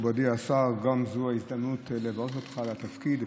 מכובדי השר, זו גם ההזדמנות לברך אותך על התפקיד.